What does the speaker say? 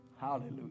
Hallelujah